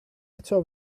eto